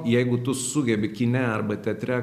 jeigu tu sugebi kine arba teatre